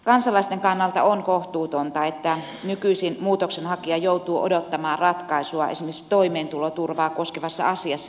kansalaisten kannalta on kohtuutonta että nykyisin muutoksenhakija joutuu odottamaan ratkaisua esimerkiksi toimeentuloturvaa koskevassa asiassa jopa vuoden